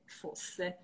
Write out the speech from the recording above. fosse